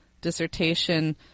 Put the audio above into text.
dissertation